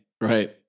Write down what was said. Right